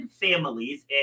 families